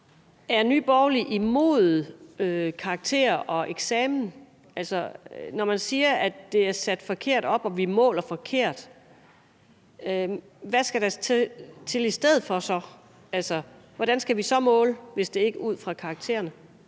er Nye Borgerlige imod karakterer og eksamener? Når man siger, at det er sat forkert op, og at vi måler forkert, hvad skal der så til i stedet for? Altså, hvordan skal vi så måle, hvis det ikke er ud fra karaktererne?